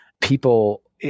people